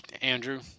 Andrew